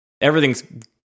everything's